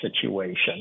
situation